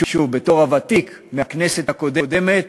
בתור הוותיק מהכנסת הקודמת,